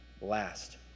last